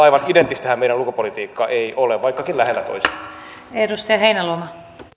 aivan identtisiähän meidän ulkopolitiikkamme eivät ole vaikkakin lähellä toisiaan